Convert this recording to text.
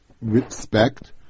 respect